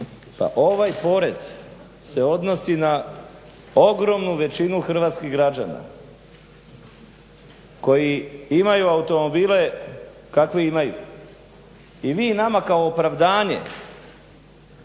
pa ovaj porez se odnosi na ogromnu većinu hrvatskih građana koji imaju automobile kakve imaju. I vi nama kao opravdanje